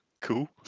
Cool